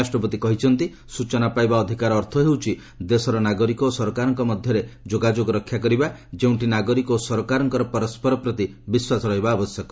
ରାଷ୍ଟ୍ରପତି କହିଛନ୍ତି ସ୍ୱଚନା ପାଇବା ଅଧିକାର ଅର୍ଥ ହେଉଛି ଦେଶର ନାଗରିକ ଓ ସରକାରଙ୍କ ମଧ୍ୟରେ ଯୋଗାଯୋଗ ରକ୍ଷା କରିବା ଯେଉଁଠି ନାଗରିକ ଓ ସରକାରଙ୍କର ପରସ୍କର ପ୍ରତି ବିଶ୍ୱାସ ରହିବା ଆବଶ୍ୟକ